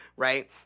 Right